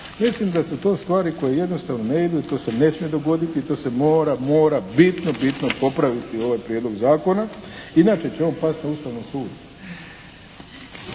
Mislim da su to stvari koje jednostavno ne idu i to se ne smije dogoditi i to se mora, mora bitno, bitno popraviti ovaj prijedlog zakona inače će on pasti na Ustavnom sudu.